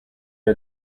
are